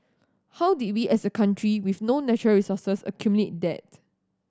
how did we as a country with no natural resources accumulate that